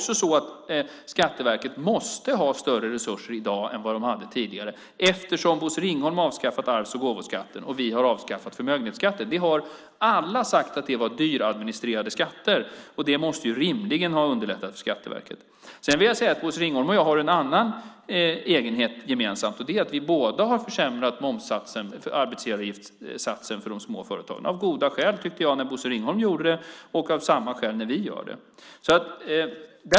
Skatteverket måste ha större resurser i dag än vad man hade tidigare eftersom Bosse Ringholm har avskaffat arvs och gåvoskatten och vi har avskaffat förmögenhetsskatten. Alla har sagt att det var skatter som var dyra att administrera, och det måste rimligen ha underlättat för Skatteverket. Sedan vill jag säga att Bosse Ringholm och jag har en annan egenhet gemensamt. Det är att vi båda har försämrat när det gäller momssatsen för arbetsgivaravgiften för de små företagen, av goda skäl, tyckte jag, när Bosse Ringholm gjorde det, och av samma skäl när vi gör det.